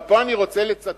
אבל פה אני רוצה לצטט.